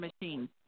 machine